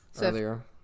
earlier